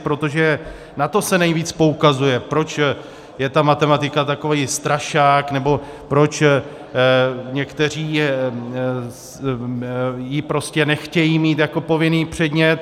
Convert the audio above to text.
Protože na to se nejvíc poukazuje, proč je ta matematika takový strašák nebo proč někteří ji prostě nechtějí mít jako povinný předmět.